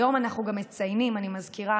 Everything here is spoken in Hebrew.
היום אנחנו גם מציינים, אני מזכירה,